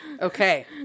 Okay